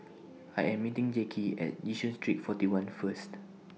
I Am meeting Jackie At Yishun Street forty one First